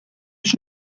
biex